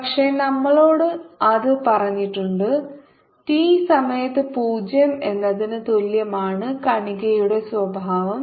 പക്ഷേ നമ്മളോട് അത് പറഞ്ഞിട്ടുണ്ട് t സമയത്ത് 0 എന്നതിന് തുല്യമാണ് കണികയുടെ ഉത്ഭവം